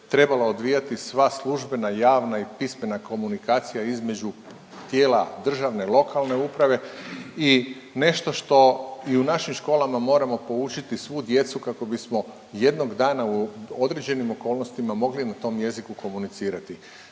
trebalo odvijati sva službena i javna i pismena komunikacija između tijela državne i lokalne uprave i nešto što i u našim školama moramo poučiti svu djecu kako bismo jednog dana u određenim okolnostima mogli na tom jeziku komunicirati.